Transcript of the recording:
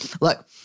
look